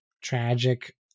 tragic